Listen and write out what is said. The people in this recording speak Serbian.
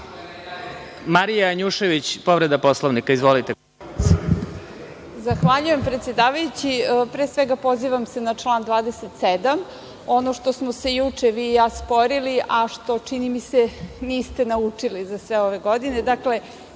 Janjušević, povreda Poslovnika. **Marija Janjušević** Zahvaljujem, predsedavajući. Pre svega pozivam se na član 27. Ono što smo se juče vi i ja sporili, a što čini mi se niste naučili za sve ove godine.